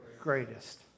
Greatest